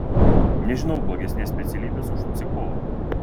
nežinau blogesnės specialybės už psichologo